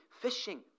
fishing